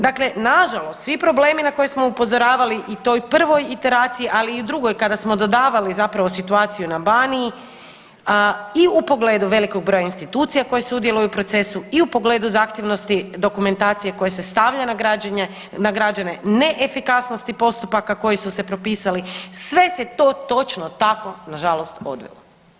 Dakle, nažalost svi problemi na koje smo upozoravali i toj prvoj iteraciji, ali i u drugoj kada smo davali zapravo situaciju na Baniji i u pogledu velikog broja institucija koje sudjeluju u procesu i u pogledu zahtjevnosti dokumentacije koja se stavlja na građenje, na građane, neefikasnosti postupaka koji su se propisali, sve se to točno tako nažalost odvilo.